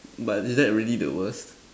but is that really the worst